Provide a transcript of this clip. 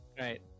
Right